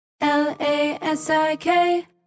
L-A-S-I-K